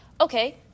Okay